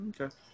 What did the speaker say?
Okay